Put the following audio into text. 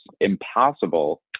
impossible